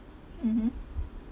mmhmm